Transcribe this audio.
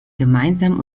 gemeinsam